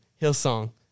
Hillsong